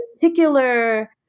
particular